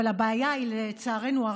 אבל הבעיה ישנה,